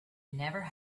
never